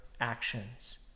actions